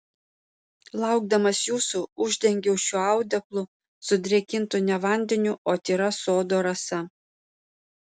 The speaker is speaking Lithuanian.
laukdamas jūsų uždengiau šiuo audeklu sudrėkintu ne vandeniu o tyra sodo rasa